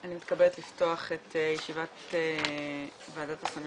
אני מתכבדת לפתוח את ישיבת ועדת הסמים